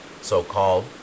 so-called